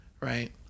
right